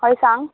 हय सांग